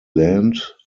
land